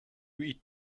eat